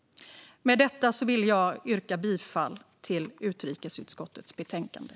Med detta yrkar jag bifall till förslaget i utrikesutskottets betänkande.